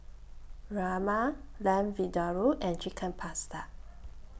Rajma Lamb Vindaloo and Chicken Pasta